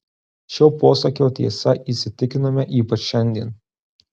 šio posakio tiesa įsitikinome ypač šiandien